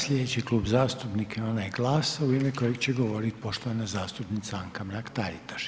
Sljedeći Klub zastupnika je onaj Glasa u ime kojeg će govoriti poštovana zastupnica Anka Mrak Taritaš.